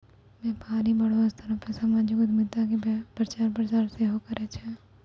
व्यपारी बड़ो स्तर पे समाजिक उद्यमिता के प्रचार प्रसार सेहो करै छै